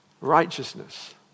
righteousness